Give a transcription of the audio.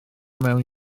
mewn